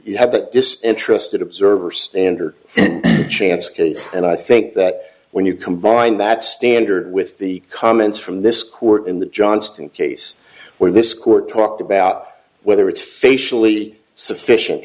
to have it despite interested observer standard chance and i think that when you combine that standard with the comments from this court in the johnston case where this court talked about whether it's facially sufficient